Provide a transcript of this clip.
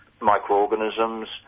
microorganisms